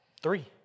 Three